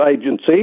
Agency